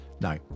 No